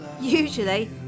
usually